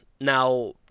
now